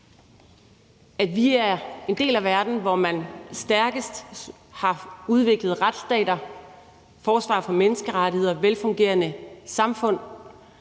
at være en del af verden, hvor man på stærkeste vis har haft udviklede retsstater, forsvar for menneskerettigheder og velfungerende samfund.